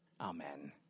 Amen